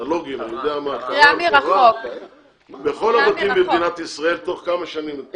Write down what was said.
אנלוגיים בכל הבתים במדינת ישראל תוך כמה שנים.